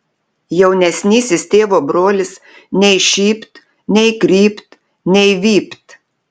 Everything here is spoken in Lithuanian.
jaunesnysis tėvo brolis nei šypt nei krypt nei vypt